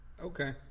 okay